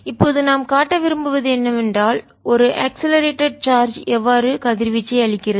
இப்போது நாம் காட்ட விரும்புவது என்னவென்றால் ஒரு அக்ஸ்லரேட்டட் சார்ஜ் எவ்வாறு கதிர்வீச்சை அளிக்கிறது